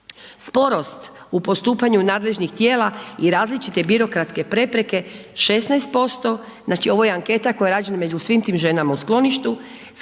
Sporost u postupanju nadležnih tijela i različite birokratske prepreke 16%, znači ovo je anketa koja je rađena među svim tim ženama u skloništu.